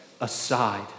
aside